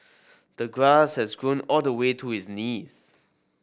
the grass had grown all the way to his knees